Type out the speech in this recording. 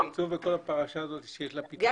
גיא